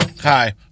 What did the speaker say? Hi